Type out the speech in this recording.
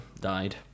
died